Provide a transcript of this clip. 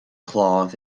cloth